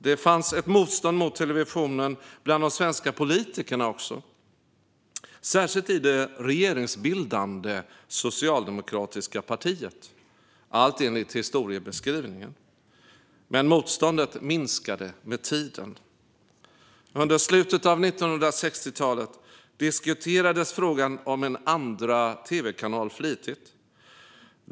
Det fanns ett motstånd mot televisionen bland de svenska politikerna också, särskilt i det regeringsbildande socialdemokratiska partiet, allt enligt historiebeskrivningen. Men motståndet minskade med tiden. Under slutet av 1960-talet diskuterades frågan om en andra tv-kanal flitigt.